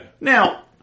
Now